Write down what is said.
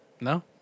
No